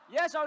Yes